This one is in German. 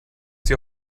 sie